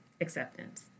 acceptance